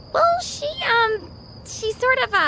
well, she um she sort of.